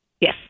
Yes